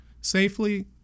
safely